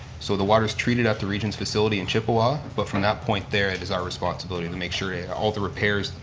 so the water's treated at the regions facility in chippawa, but from that point there it is our responsibility to make sure that all the repairs,